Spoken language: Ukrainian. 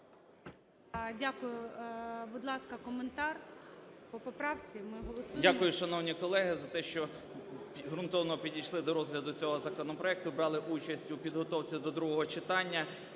Дякую. Будь ласка, коментар по поправці.